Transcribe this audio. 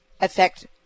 affect